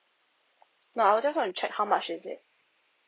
no I just want to check how much is it